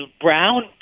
brown